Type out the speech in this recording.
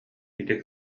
ити